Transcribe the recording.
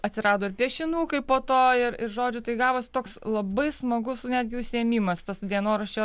atsirado ir piešinukai po to ir ir žodžiu tai gavosi toks labai smagus netgi užsiėmimas tas dienoraščio